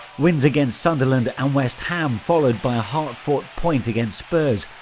wins against sunderland and west ham, followed by a hard-fought point against spurs,